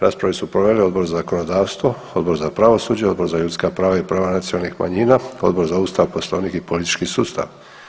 Raspravu su proveli Odbor za zakonodavstvo, Odbor za pravosuđe, Odbor za ljudska prava i prava nacionalnih manjina, Odbor za Ustav, Poslovnik i politički sustav.